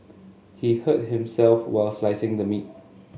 he hurt himself while slicing the meat